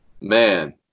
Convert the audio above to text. man